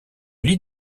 lie